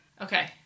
okay